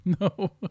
No